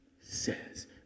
says